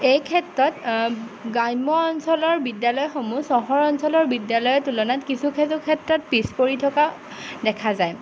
এই ক্ষেত্ৰত গ্ৰাম্য অঞ্চলৰ বিদ্যালয়সমূহ চহৰ অঞ্চলৰ বিদ্যালয়ৰ তুলনাত কিছু কিছু ক্ষেত্ৰত পিছপৰি থকা দেখা যায়